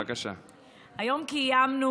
היום קיימנו,